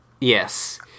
Yes